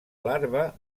larva